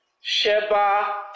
Sheba